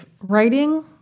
writing